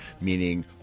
meaning